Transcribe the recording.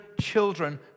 children